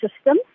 system